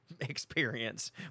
experience